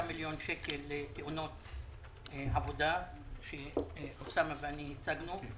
מיליון שקל לתאונות עבודה שאוסאמה ואני הצגנו.